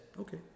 okay